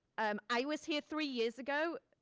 um i was here three years ago.